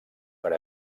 per